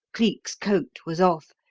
cleek's coat was off,